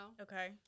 Okay